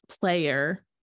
player